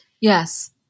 Yes